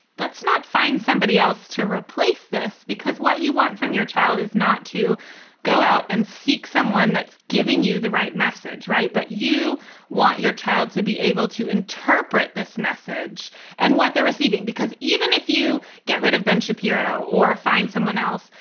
let's not find somebody else to replace this, because what you want from your child is not to go out and seek someone that's giving you the right message. right. but you want your child to be able to interpret this message and what they're receiving, because even if you get rid of ben shapiro or find someone else,